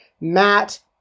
Matt